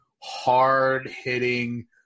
hard-hitting